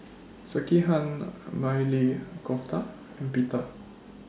Sekihan Maili Kofta and Pita